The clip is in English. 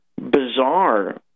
bizarre